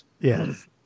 Yes